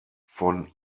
von